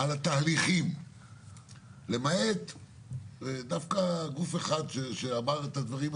עם חברה ממשלתית שאומרת לנו בנוכחות עדים,